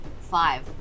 Five